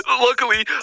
Luckily